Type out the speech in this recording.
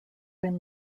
win